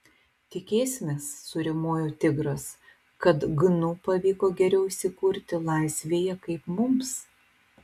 tikėsimės suriaumojo tigras kad gnu pavyko geriau įsikurti laisvėje kaip mums